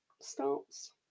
starts